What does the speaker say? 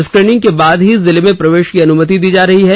screening के बाद ही जिले में प्रवेश की अनुमति दी जा रही है